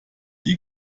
die